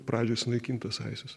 pradžioj sunaikintas aisis